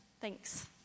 Thanks